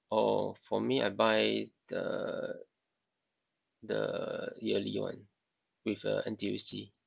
oh for me I buy the the yearly one with uh N_T_U_C